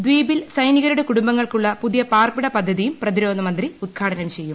ദ്വീപിൽ ദ സൈനികരുടെ കുടുംബങ്ങൾക്കുള്ള പുതിയ പാർപ്പിട പദ്ധതിയും പ്രതിരോധമന്ത്രി ഉദ്ഘാട്ടനം ചെയ്യും